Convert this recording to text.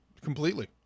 completely